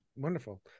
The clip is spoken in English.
Wonderful